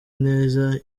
neza